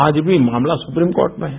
आज भी मामला सुप्रीमकोर्ट में है